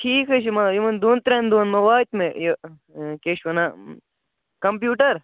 ٹھیٖک حظ چھُ مگر یِمَن دۄن ترٛٮ۪ن دۄہَن ما واتہِ مےٚ یہِ کیٛاہ چھِ وَنان کَمپیٛوٗٹَر